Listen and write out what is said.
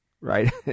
Right